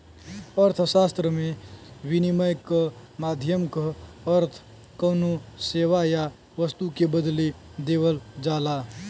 अर्थशास्त्र में, विनिमय क माध्यम क अर्थ कउनो सेवा या वस्तु के बदले देवल जाला